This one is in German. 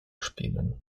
spielen